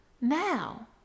Now